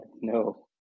no